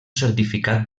certificat